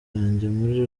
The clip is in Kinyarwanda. muri